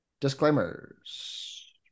Disclaimers